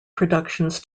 productions